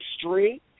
street